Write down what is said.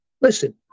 listen